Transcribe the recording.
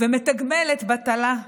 ומתגמלת בטלה,